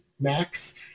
max